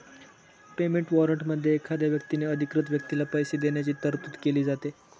payment वॉरंटमध्ये एखाद्या व्यक्तीने अधिकृत व्यक्तीला पैसे देण्याची तरतूद केली जाते